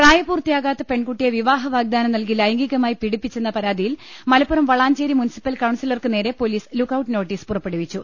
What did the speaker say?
പ്രായ പൂർത്തിയാ കാത്ത പെൺകു ട്ടിയെ വിവാഹ വാഗ്ദാനം നൽകി ലൈംഗികമായി പീഡിപ്പിച്ചെന്ന പരാതിയിൽ മലപ്പുറം വളാഞ്ചേരി മുൻസിപ്പൽ കൌൺസിലർക്കുനേരെ പൊലീ സ് ലുക്ക്ഔട്ട് നോട്ടീസ് പുറപ്പെടുവിച്ചു